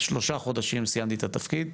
שלושה חודשים סיימתי את התפקיד,